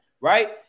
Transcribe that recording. right